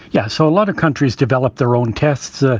yeah. so a lot of countries develop their own tests. ah